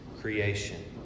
creation